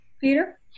Peter